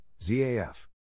ZAF